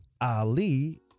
Ali